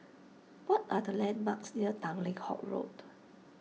what are the landmarks near Tanglin Halt Road